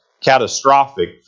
catastrophic